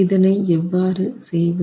இதனை எவ்வாறு செய்வது